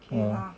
hor